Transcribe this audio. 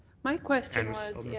my question was, yeah